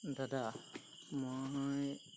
দাদা মই